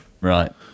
Right